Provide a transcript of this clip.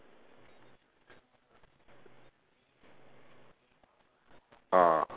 ah